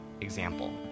example